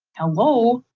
hello.